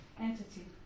entity